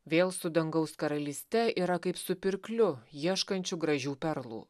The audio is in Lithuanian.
vėl su dangaus karalyste yra kaip su pirkliu ieškančiu gražių perlų